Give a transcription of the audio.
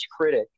critic